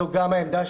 זו גם העמדה.